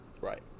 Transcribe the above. right